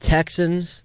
Texans